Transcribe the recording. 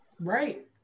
Right